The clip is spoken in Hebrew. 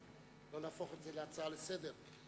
אבל לא להפוך את זה להצעה לסדר-היום.